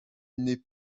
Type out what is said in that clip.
n’est